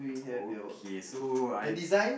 okay so I